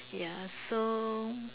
ya so